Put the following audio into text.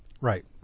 Right